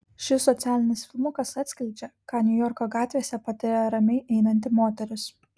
šis socialinis filmukas atskleidžia ką niujorko gatvėse patiria ramiai einanti moteris